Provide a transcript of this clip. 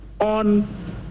on